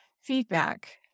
feedback